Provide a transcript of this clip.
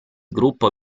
gruppo